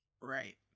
Right